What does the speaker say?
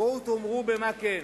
בואו תאמרו במה כן.